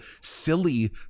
silly